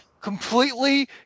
completely